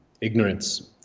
ignorance